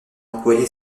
emploi